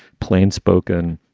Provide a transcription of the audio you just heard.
plain spoken,